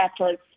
efforts